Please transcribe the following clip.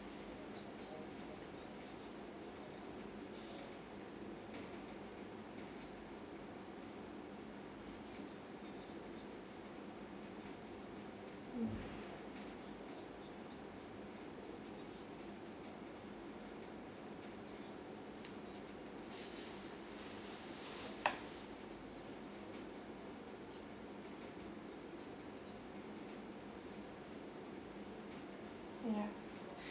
ya